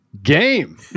Game